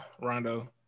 Rondo